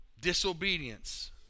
disobedience